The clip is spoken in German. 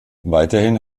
weiterhin